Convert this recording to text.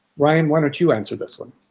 ryan, why don't you answer this one?